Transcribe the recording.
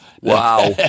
Wow